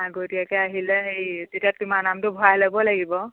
আগতীয়াকৈ আহিলে হেই তেতিয়া তোমাৰ নামটো ভৰাই ল'ব লাগিব